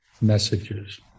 messages